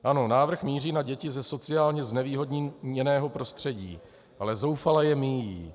Ano, návrh míří na děti ze sociálně znevýhodněného prostředí, ale zoufale je míjí.